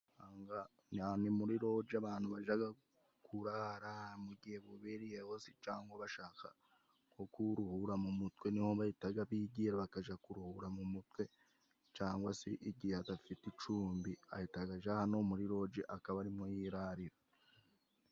Aha ni muri roje, abantu bajaga kurara mu gihe bubiriyeho se cangwa bashaka kuruhura mu mutwe, ni ho bahitaga bigira bakaja kuruhura mu mutwe cangwa se igihe adafite icumbi ahitaga aja hano muri roje akaba ari ho yirarira.